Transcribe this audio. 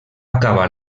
acabar